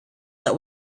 that